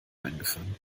eingefangen